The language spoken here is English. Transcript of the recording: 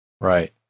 Right